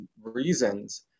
reasons